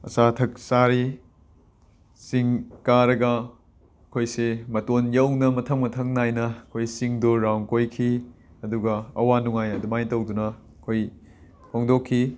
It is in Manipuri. ꯑꯆꯥ ꯑꯊꯛ ꯆꯥꯔꯤ ꯆꯤꯡ ꯀꯥꯔꯒ ꯑꯩꯈꯣꯏꯁꯦ ꯃꯇꯣꯟ ꯌꯧꯅ ꯃꯊꯪ ꯃꯊꯪ ꯅꯥꯏꯅ ꯑꯩꯈꯣꯏ ꯆꯤꯡꯗꯣ ꯔꯥꯎꯟ ꯀꯣꯏꯈꯤ ꯑꯗꯨꯒ ꯑꯋꯥ ꯅꯨꯡꯉꯥꯏ ꯑꯗꯨꯃꯥꯏꯅ ꯇꯧꯗꯨꯅ ꯑꯩꯈꯣꯏ ꯐꯣꯡꯗꯣꯛꯈꯤ